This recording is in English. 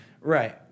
Right